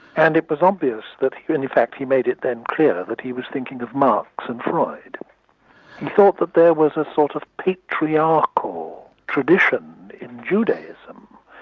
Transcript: and it was obvious that he and in fact he made it then clear that he was thinking of marx and freud. he thought that there was a sort of patriarchal tradition in judaism,